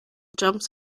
jumps